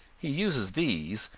he uses these,